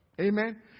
Amen